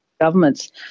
governments